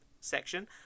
section